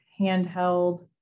handheld